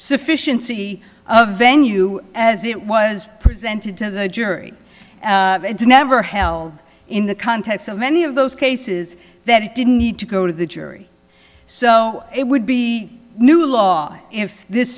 sufficiency a venue as it was presented to the jury it's never held in the contest so many of those cases that it didn't need to go to the jury so it would be new law if this